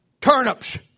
turnips